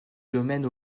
domaine